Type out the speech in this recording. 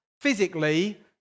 physically